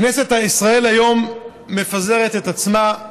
כנסת ישראל היום מפזרת את עצמה,